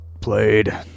played